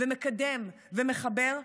מקדם ומחבר,